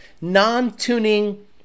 non-tuning